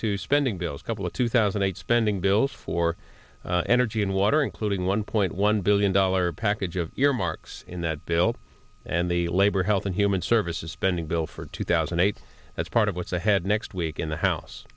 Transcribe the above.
to spending bills couple of two thousand eight spending bills for energy and water including one point one billion dollars package of your marks in that bill and the labor health and human services spending bill for two thousand and eight that's part of what's ahead next week in the house